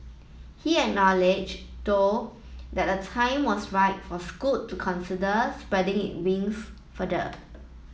he acknowledge though that a time was right for Scoot to consider spreading it wings further